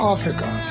Africa